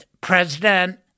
president